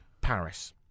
Paris